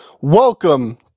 Welcome